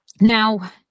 Now